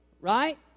Right